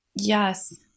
Yes